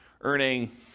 earning